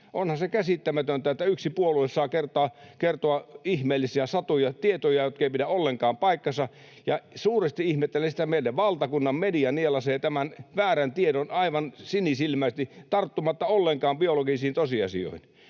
Onhan se käsittämätöntä, että yksi puolue saa kertoa ihmeellisiä satuja, tietoja, jotka eivät pidä ollenkaan paikkaansa, ja suuresti ihmettelen sitä, että meidän valtakunnan media nielaisee tämän väärän tiedon aivan sinisilmäisesti, tarttumatta ollenkaan biologisiin tosiasioihin.